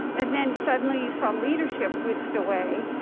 and then suddenly you saw leadership whisked away.